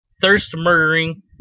thirst-murdering